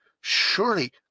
surely